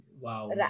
Wow